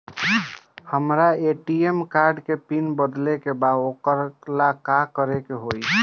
हमरा ATM card के pin बदले के बा वोकरा ला का करे के होई?